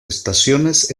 estaciones